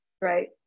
right